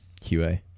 QA